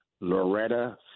Loretta